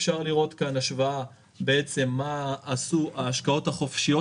אפשר לראות כאן השוואה מה עשו ההשקעות החופשיות